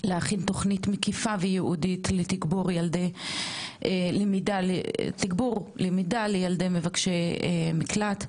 להכין תוכנית מקיפה וייעודית לתגבור למידה לילדי מבקשי מקלט,